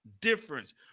difference